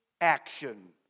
action